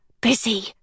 Busy